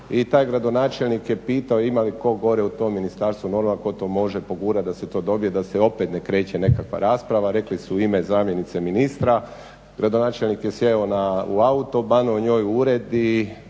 i taj gradonačelnik je pitao ima li tko gore u tom ministarstvu normalan tko to može pogurat da se to dobije, da se opet ne kreće nekakva rasprava, rekli su u ime zamjenice ministra. Gradonačelnik je sjeo u auto, banuo njoj u ured